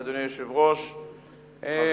איך